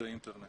האינטרנט.